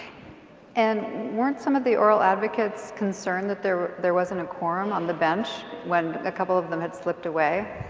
and weren't some of the oral advocates concerned that there there wasn't a corum on the bench when a couple of them had slipped away?